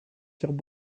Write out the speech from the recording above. firent